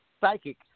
psychic